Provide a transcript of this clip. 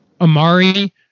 amari